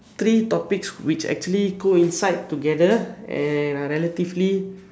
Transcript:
three topics which actually coincide together and are relatively